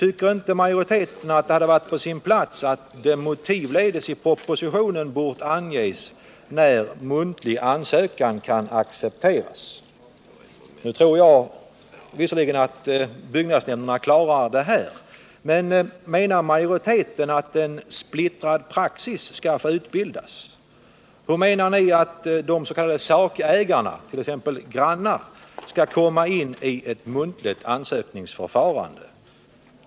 Tycker inte majoriteten att det hade varit på sin plats om det i propositionen motivledes hade angivits när muntlig ansökan kan accepteras? Nu tror jag visserligen att byggnadsnämnderna klarar detta. Men menar majoriteten att en splittrad praxis skall få utbildas? Hur menar ni att sakägarna, t.ex. grannar, skall komma in i ett muntligt ansökningsförfarande?